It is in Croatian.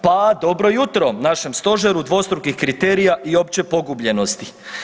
Pa, dobro jutro našem stožeru dvostrukih kriterija i općoj pogubljenosti.